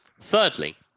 Thirdly